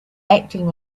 acting